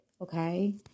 okay